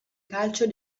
calcio